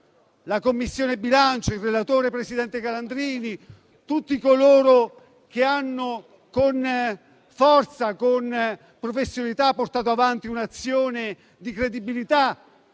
la Commissione bilancio, il relatore, presidente Calandrini, e tutti coloro che hanno, con forza e professionalità, portato avanti un'azione di credibilità